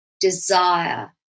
desire